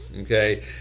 Okay